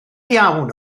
iawn